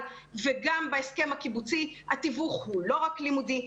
וגם בהסכם הקיבוצי התיווך הוא לא רק לימודי,